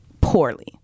poorly